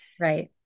Right